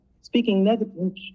Speaking